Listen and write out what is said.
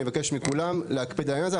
אני אבקש מכולם להקפיד על העניין הזה.